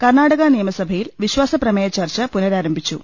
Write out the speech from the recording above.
കർണാടക നിയമസഭയിൽ വിശ്വാസപ്പ്രമേയ ചർച്ച പുനഃരാ രംഭിച്ചു